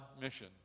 mission